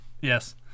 Yes